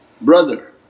brother